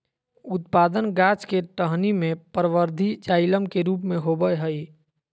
उत्पादन गाछ के टहनी में परवर्धी जाइलम के रूप में होबय हइ